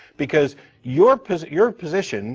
because your because your position,